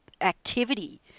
activity